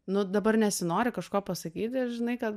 nu dabar nesinori kažko pasakyti žinai kad